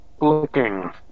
Looking